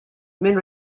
żmien